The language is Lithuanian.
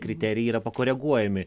kriterijai yra pakoreguojami